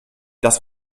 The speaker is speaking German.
das